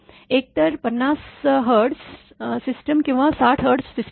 एकतर 50 hertz system किंवा 60 hertz system